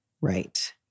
Right